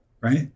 right